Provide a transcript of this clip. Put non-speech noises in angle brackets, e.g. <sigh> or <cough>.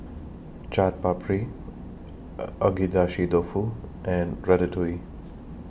Chaat Papri <hesitation> Agedashi Dofu and Ratatouille